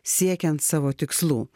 siekiant savo tikslų